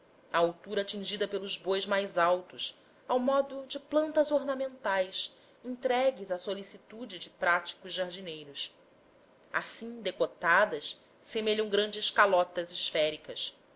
altura atingida pelos bois mais altos ao modo de plantas ornamentais entregues à solicitude de práticos jardineiros assim decotadas semelham grandes calotas esféricas